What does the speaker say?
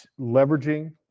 leveraging